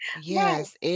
Yes